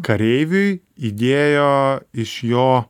kareiviui įdėjo iš jo